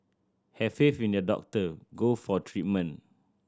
have faith in your doctor go for treatment